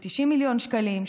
של 90 מיליון שקלים,